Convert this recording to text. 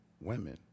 women